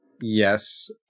Yes